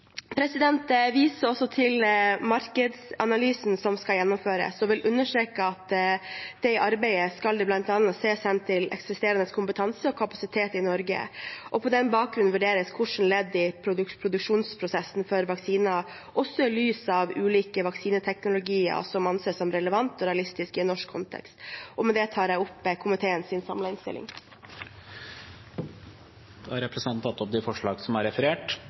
Jeg viser også til markedsanalysen som skal gjennomføres, og vil understreke at det i det arbeidet bl.a. skal ses hen til eksisterende kompetanse og kapasitet i Norge, og på den bakgrunn vurderes hvilke ledd i produksjonsprosessen for vaksiner – også i lys av ulike vaksineteknologier – som anses som relevante og realistiske i en norsk kontekst. Med det vil jeg anbefale tilrådingen fra en samlet komité. Først og fremst støtter Høyre innstillingen i denne saken. Som saksordføreren var inne på, er